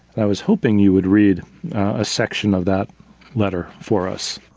i was hoping you would read a section of that letter for us.